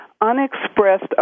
unexpressed